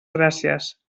gràcies